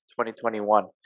2021